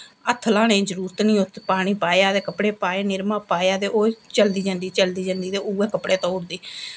हत्थ ल्हाने दी जरूरत निं उत्त पानी पाया ते कपड़े पाए निरमा पाया ते ओह् चलदी जंदी चलदी जंदी ते उ'ऐ कपड़े धोई ओड़दी